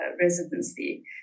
residency